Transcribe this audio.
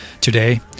today